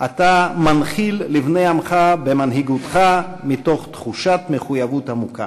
אתה מנחיל לבני עמך במנהיגותך מתוך תחושת מחויבות עמוקה.